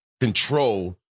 control